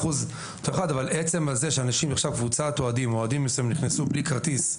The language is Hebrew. עצם זה שקבוצת אוהדים מסוימים נכנסו ללא כרטיס,